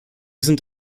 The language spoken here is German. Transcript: sind